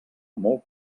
molt